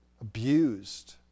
abused